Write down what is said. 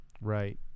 right